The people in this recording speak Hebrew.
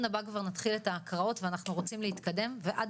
הבא כבר נתחיל את ההקראות ואנחנו רוצים להתקדם ועד